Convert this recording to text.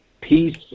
peace